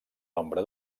nombre